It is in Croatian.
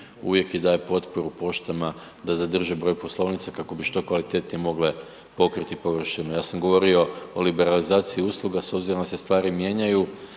uvijek i daje potporu poštama da zadrže broj poslovnica kako bi što kvalitetnije mogle pokriti površinu. Ja sam govorio o liberalizaciji usluga s obzirom da se stvari mijenjaju